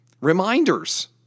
reminders